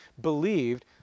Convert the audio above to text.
believed